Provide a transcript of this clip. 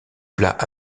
plat